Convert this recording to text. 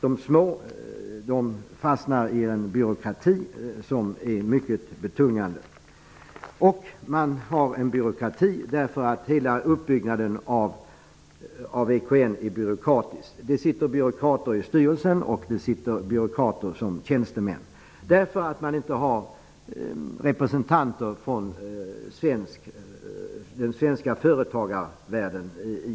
De små fastnar i en byråkrati som är mycket betungande. Hela uppbyggnaden av EKN är byråkratisk. Det sitter byråkrater i styrelsen och byråkrater är tjäntemän. Man har inga representanter från svenska företagarvärlden.